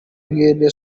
mwene